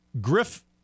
Griff